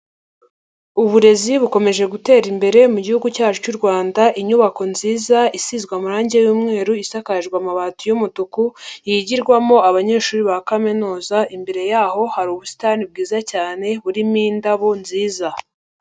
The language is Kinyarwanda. Uburezi bukomeje gutera imbere mugi cyacu cy' Rwanda. Inyubako nziza isizwe amarangi y'umweru, isakajwe amabati y'umutuku, yigirwamo abanyeshuri ba kaminuza, imbere yaho hari ubusitani bwiza cyane, burimo indabo nziza.